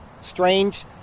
strange